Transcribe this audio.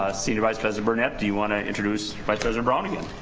ah senior vice president burnett do you wanna introduce vice president brown again?